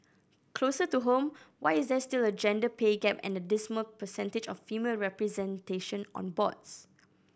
closer to home why is there still a gender pay gap and a dismal percentage of female representation on boards